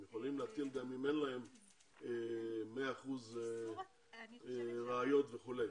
הם יכולים להטיל גם אם אין להם 100 אחוזים ראיות וכולי.